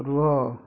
ରୁହ